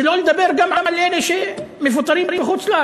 שלא לדבר גם על אלה שמפוטרים בחוץ-לארץ.